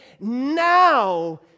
Now